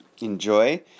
enjoy